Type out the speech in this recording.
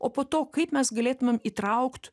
o po to kaip mes galėtumėm įtraukt